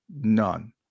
None